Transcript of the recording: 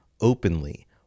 openly